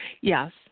Yes